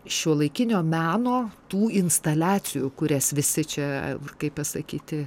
šiuolaikinio meno tų instaliacijų kurias visi čia ur kai pasakyti